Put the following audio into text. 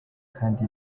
kandi